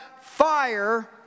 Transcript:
fire